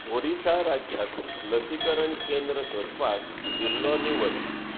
ओडिसा राज्यांत लसीकरण केंद्र सोदपाक जिल्लो निवड